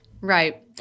right